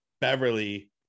beverly